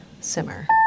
simmer